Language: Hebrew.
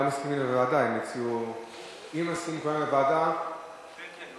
אם מסכימים כולם לוועדה, כן.